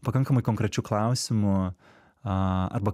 pakankamai konkrečiu klausimu aaa arba